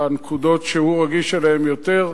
בנקודות שהוא רגיש אליהן יותר,